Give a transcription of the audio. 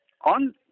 on